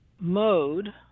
mode